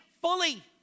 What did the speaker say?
fully